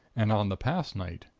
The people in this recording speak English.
and on the past night.